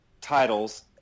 titles